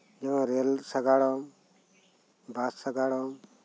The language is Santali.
ᱡᱮᱢᱚᱱ ᱨᱮᱞ ᱥᱟᱜᱟᱲᱚᱢ ᱵᱟᱥ ᱥᱟᱜᱟᱲᱚᱢ